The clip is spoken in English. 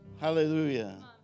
Hallelujah